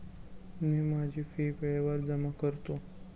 मी माझी फी वेळेवर जमा करतो